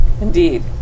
Indeed